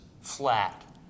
flat